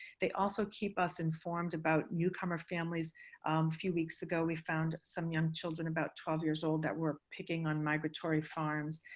they also keep us informed about newcomer families. a few weeks ago we found some young children about twelve years old that were picking on migratory farms.